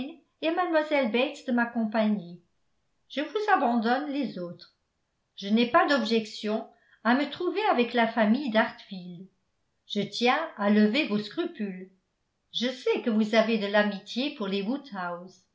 et à mlle bates de m'accompagner je vous abandonne les autres je n'ai pas d'objection à me trouver avec la famille d'hartfield je tiens à lever vos scrupules je sais que vous avez de l'amitié pour les